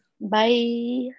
Bye